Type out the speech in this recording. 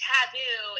Taboo